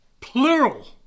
Plural